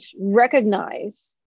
recognize